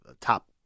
top